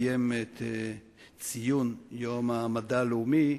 לקיים את ציון יום המדע הלאומי,